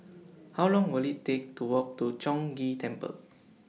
How Long Will IT Take to Walk to Chong Ghee Temple